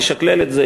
ישקלל את זה,